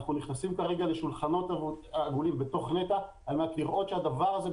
ואנחנו נכנסים כרגע לשולחנות עגולים בתוך נת"ע כדי לראות שהדבר הזה,